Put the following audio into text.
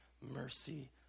mercy